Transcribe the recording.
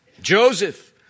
Joseph